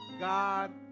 God